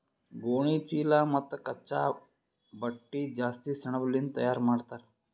ಗೋಣಿಚೀಲಾ ಮತ್ತ್ ಕಚ್ಚಾ ಬಟ್ಟಿ ಜಾಸ್ತಿ ಸೆಣಬಲಿಂದ್ ತಯಾರ್ ಮಾಡ್ತರ್